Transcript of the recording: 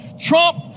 Trump